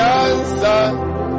answer